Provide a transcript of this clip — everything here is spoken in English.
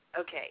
okay